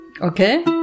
okay